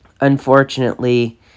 unfortunately